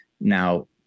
Now